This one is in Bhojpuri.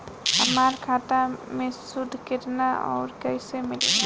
हमार खाता मे सूद केतना आउर कैसे मिलेला?